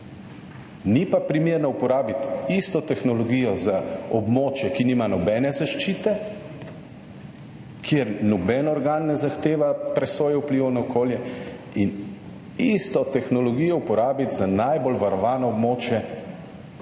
Ni pa primerno uporabiti isto tehnologijo za območje, ki nima nobene zaščite, kjer noben organ ne zahteva presoje vplivov na okolje in isto tehnologijo uporabiti za najbolj varovano območje preko